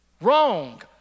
Wrong